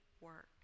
work